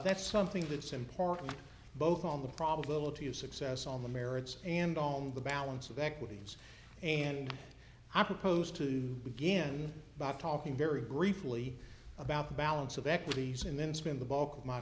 that's something that's important both on the probability of success on the merits and on the balance of equities and i propose to begin by talking very briefly about the balance of equities and then spend the bulk of my